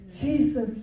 Jesus